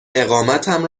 اقامتم